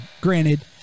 granted